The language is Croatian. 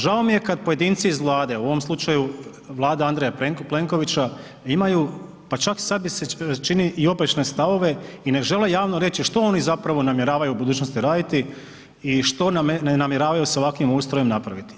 Žao mi je kad pojedinci iz Vlade, u ovom slučaju Vlada Andreja Plenkovića, imaju pa čak sad mi se čini i oprečne stavove i ne žele javno reći što oni zapravo namjeravaju u budućnosti raditi i što ne namjeravaju s ovakvim ustrojem napraviti.